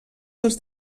dels